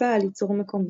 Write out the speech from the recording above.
שהתבססה על ייצור מקומי.